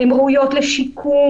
הן ראויות לשיקום,